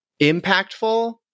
impactful